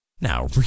now